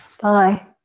Bye